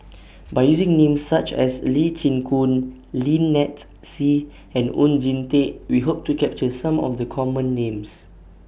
By using Names such as Lee Chin Koon Lynnette Seah and Oon Jin Teik We Hope to capture Some of The Common Names